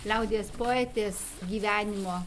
liaudies poetės gyvenimo